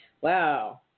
Wow